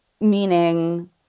meaning